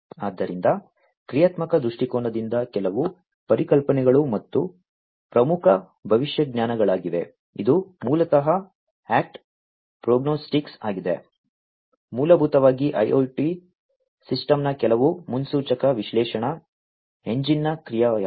ಆದ್ದರಿಂದ ಕ್ರಿಯಾತ್ಮಕ ದೃಷ್ಟಿಕೋನದಿಂದ ಕೆಲವು ಪರಿಕಲ್ಪನೆಗಳು ಪ್ರಮುಖ ಭವಿಷ್ಯಜ್ಞಾನಗಳಾಗಿವೆ ಇದು ಮೂಲತಃ ಆಕ್ಟ್ ಪ್ರೊಗ್ನೋಸ್ಟಿಕ್ಸ್ ಆಗಿದೆ ಮೂಲಭೂತವಾಗಿ IIoT ಸಿಸ್ಟಮ್ನ ಕೆಲವು ಮುನ್ಸೂಚಕ ವಿಶ್ಲೇಷಣಾ ಎಂಜಿನ್ನ ಕ್ರಿಯೆಯಾಗಿದೆ